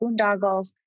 boondoggles